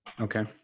Okay